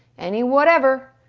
any whatever.